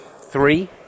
three